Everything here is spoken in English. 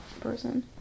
person